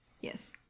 yes